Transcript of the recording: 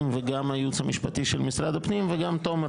וגם הייעוץ המשפטי של משרד הפנים וגם תומר,